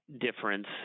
difference